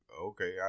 okay